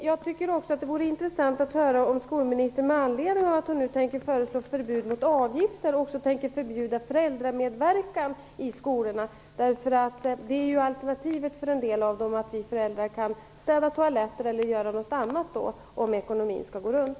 Det vore också intressant att höra om skolministern, med anledning av att hon nu tänker införa förbud mot avgifter också tänker förbjuda föräldramedverkan i skolorna. Det är ju alternativet för en del föräldrar, att de kan städa toaletter eller hjälpa till med något annat för att ekonomin skall gå runt.